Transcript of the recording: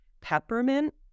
peppermint